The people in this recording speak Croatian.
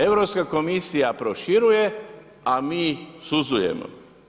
Europska komisija proširuje, a mi suzujemo.